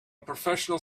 professional